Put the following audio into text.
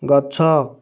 ଗଛ